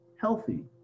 healthy